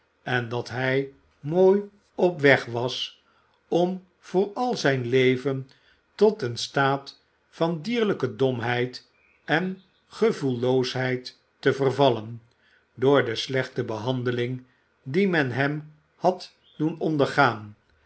en dat hij mooi op weg was om voor al zijn leven tot een staat van dierlijke domheid en gevoelloosheid te vervallen door de slechte behandeling die men hem had doen ondergaan